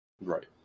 Right